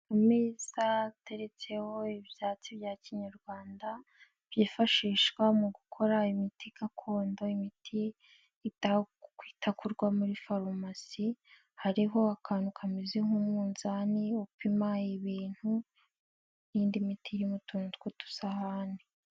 Ameza ateretseho ibyatsi bya kinyarwanda byifashishwa mu gukora imiti gakondo, imiti itakurwa muri farumasi hariho akantu kameze nk'umunzani upima ibintu n'indi miti iri mu tuntu tw'udusahane.